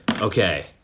okay